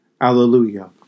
Alleluia